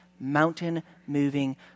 mountain-moving